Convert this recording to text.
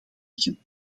liggen